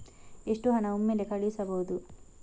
ಎಷ್ಟು ಹಣ ಒಮ್ಮೆಲೇ ಕಳುಹಿಸಬಹುದು?